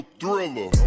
thriller